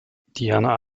diana